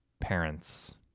parents